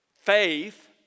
faith